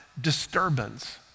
disturbance